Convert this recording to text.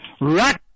right